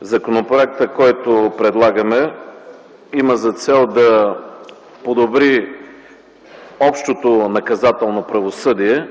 Законопроектът, който предлагаме, има за цел да подобри общото наказателно правосъдие.